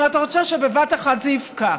אם אתה רוצה שבבת אחת זה יפקע.